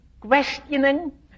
questioning